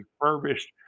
refurbished